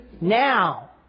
now